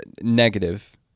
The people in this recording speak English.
negative